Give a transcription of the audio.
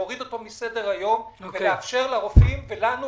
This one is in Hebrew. להוריד אותו מסדר היום ולאפשר לרופאים ולנו